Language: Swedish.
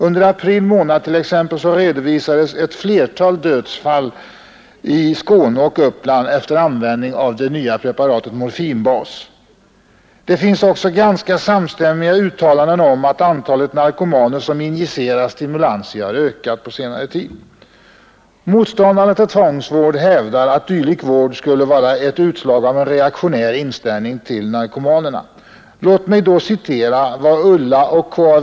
Under april månad t.ex. redovisades ett flertal dödsfall i Skåne och Uppland efter användning av det nya preparatet morfinbas. Det finns också ganska samstämmiga uttalanden om att antalet narkomaner som injicerar stimulantia har ökat på senare tid. Motståndarna till tvångsvård hävdar att dylik vård skulle vara ett utslag av en reaktionär inställning till narkomanerna. Låt mig då citera vad Ulla och K.-A.